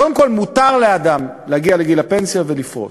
קודם כול, מותר לאדם להגיע לגיל הפנסיה ולפרוש,